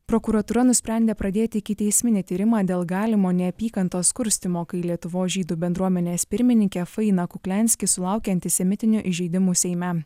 prokuratūra nusprendė pradėti ikiteisminį tyrimą dėl galimo neapykantos kurstymo kai lietuvos žydų bendruomenės pirmininkė faina kukliansky sulaukė antisemitinių įžeidimų seime